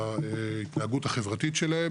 ההתנהגות החברתית שלהם,